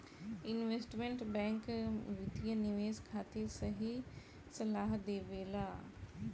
investment bank वित्तीय निवेश खातिर सही सलाह देबेला